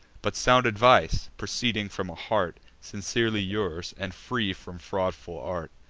but sound advice, proceeding from a heart sincerely yours, and free from fraudful art.